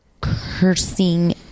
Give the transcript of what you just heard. cursing